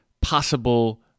possible